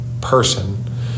person